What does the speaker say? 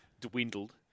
dwindled